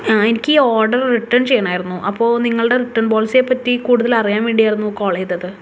ആ എനിക്കിനി order return ചെയ്യണമായിരുന്നു അപ്പോൾ നിങ്ങൾടെ റിട്ടേൺ പോളിസിയെപ്പറ്റി കൂടുതലറിയാൻ വേണ്ടിയായിരുന്നു കോൾ ചെയ്തത്